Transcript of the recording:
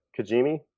kajimi